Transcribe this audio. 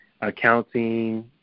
accounting